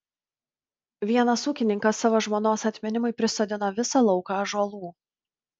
vienas ūkininkas savo žmonos atminimui prisodino visą lauką ąžuolų